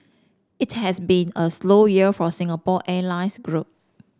it has been a slow year for a Singapore Airlines group